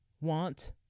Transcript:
want